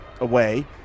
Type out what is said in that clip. away